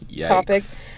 topics